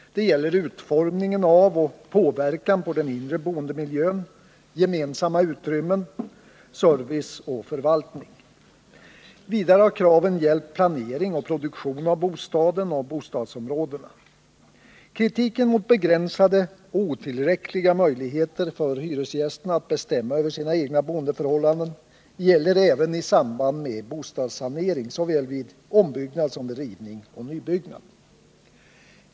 Det gäller utformning av och påverkan på den inre boendemiljön, gemensamma utrymmen, service och förvaltning. Vidare har kraven gällt planering och produktion av bostaden och bostadsområdena. Kritiken mot begränsade och otillräckliga möjligheter för hyresgästerna att bestämma över sina egna boendeförhållanden gäller även i samband med boendesanering, såväl vid ombyggnad som vid rivning och nybyggnad.